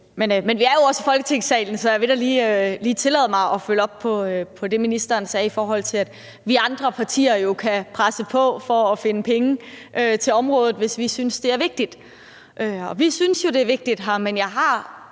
men vi er jo også i Folketingssalen, så jeg vil da lige tillade mig at følge op på det, ministeren sagde, i forhold til at vi i de andre partier kan presse på for at finde penge til området, hvis vi synes, det er vigtigt. Vi synes, det er vigtigt, men jeg har